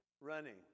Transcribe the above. running